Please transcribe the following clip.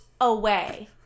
away